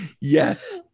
yes